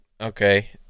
Okay